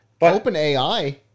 OpenAI